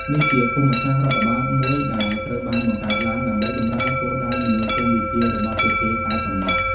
នេះជាភូមិសាស្ត្ររដ្ឋបាលមួយដែលត្រូវបានបង្កើតឡើងដើម្បីបម្រើគោលដៅមនោគមវិជ្ជារបស់ពួកគេតែប៉ុណ្ណោះ។